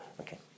okay